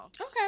okay